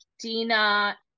Dina